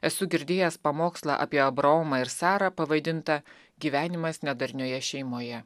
esu girdėjęs pamokslą apie abraomą ir sarą pavadintą gyvenimas nedarnioje šeimoje